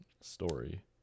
story